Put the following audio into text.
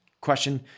question